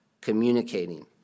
communicating